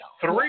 Three